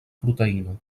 proteïna